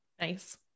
Nice